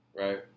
right